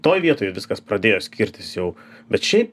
toj vietoj viskas pradėjo skirtis jau bet šiaip